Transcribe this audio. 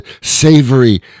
savory